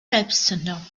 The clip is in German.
selbstzünder